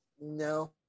No